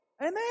Amen